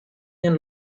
nel